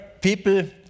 people